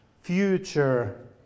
future